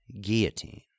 guillotine